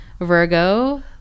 Virgo